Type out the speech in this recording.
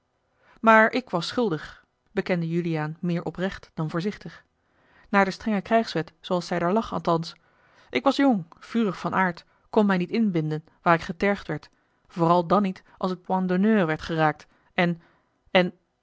maar ik was schuldig bekende juliaan meer oprecht dan voorzichtig naar de strenge krijgswet zooals zij daar lag althans a l g bosboom-toussaint de delftsche wonderdokter eel k was jong vurig van aard kon mij niet inbinden waar ik getergd werd rooral dan niet als het point dhonneur werd geraakt en en